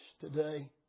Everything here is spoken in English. today